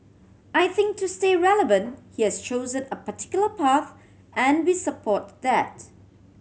I think to stay relevant he's chosen a particular path and we support that